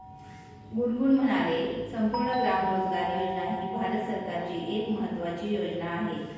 गुनगुन म्हणाले, संपूर्ण ग्राम रोजगार योजना ही भारत सरकारची एक महत्त्वाची योजना आहे